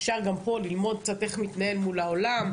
אפשר גם פה ללמוד קצת איך מתנהל מול העולם,